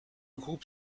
groupe